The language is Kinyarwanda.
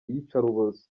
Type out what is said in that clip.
iyicarubozo